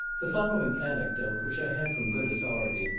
the following anecdote, which i had from good authority,